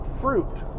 fruit